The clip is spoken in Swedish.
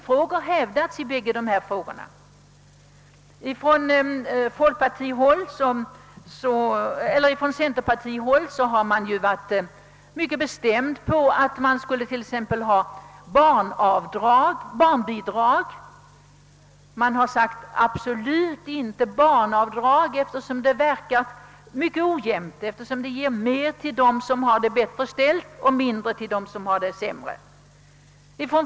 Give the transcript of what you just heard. Från centerpartihåll har alltid krävts och samtidigt rests ett bestämt motstånd mot barnbidrag, eftersom dessa verkar mycket ojämnt och ger mera till dem som har det bättre ställt och mindre till dem som har det sämre.